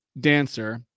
Dancer